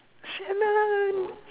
Shannon